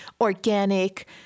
organic